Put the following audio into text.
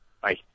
Bye